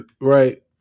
right